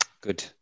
Good